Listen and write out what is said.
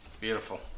Beautiful